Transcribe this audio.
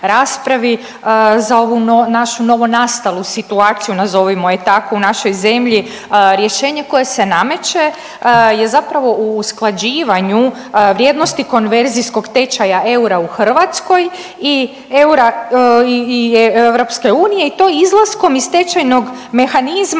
za ovu našu novonastalu situaciju nazovimo je tako u našoj zemlji, rješenje koje se nameće je zapravo u usklađivanju vrijednosti konverzijskog tečaja u Hrvatskoj i eura EU i to izlaskom iz tečajnog mehanizma